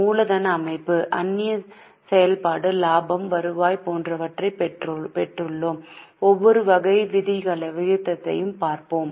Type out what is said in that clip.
மூலதன அமைப்பு அந்நியச் செயல்பாடு லாபம் வருவாய் போன்றவற்றைப் பெற்றுள்ளோம் ஒவ்வொரு வகை விகிதத்தையும் பார்ப்போம்